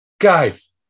guys